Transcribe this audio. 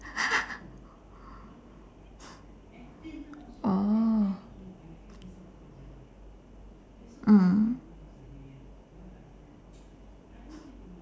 oh mm